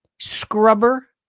Scrubber